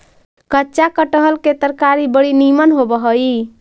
कच्चा कटहर के तरकारी बड़ी निमन होब हई